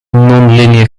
nonlinear